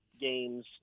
games